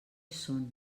són